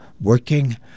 working